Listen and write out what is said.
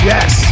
Yes